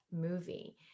movie